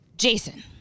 Jason